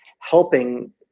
helping